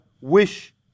wish